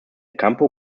campo